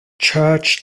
church